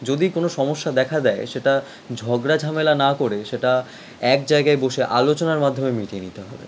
যদি কোনও সমস্যা দেখা দেয় সেটা ঝগড়া ঝামেলা না করে সেটা এক জায়গায় বসে আলোচনার মাধ্যমে মিটিয়ে নিতে হবে